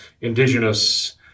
indigenous